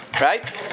right